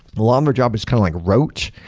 ah um jobs is kind of like rote.